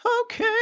Okay